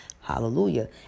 Hallelujah